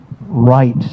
right